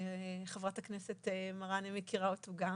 חברת הכנסת מראענה מכירה אותו גם,